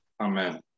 Amen